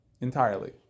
entirely